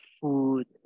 food